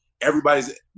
everybody's